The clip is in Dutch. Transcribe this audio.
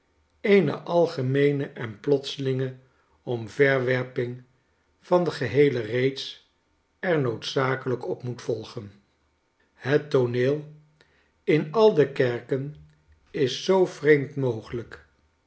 eene algemeene en plotselinge omverwerping van de geheele reeks er noodzakelijk op moet volgen het tooneel in al de kerken is zoo vreemd mogelijk